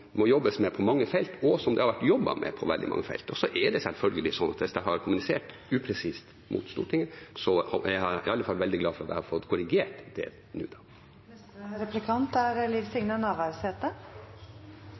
må jobbes med på mange felt, og som det har vært jobbet med på veldig mange felt. Og så er det selvfølgelig sånn at dette har jeg kommunisert upresist mot Stortinget, og jeg er iallfall veldig glad for at jeg har fått korrigert det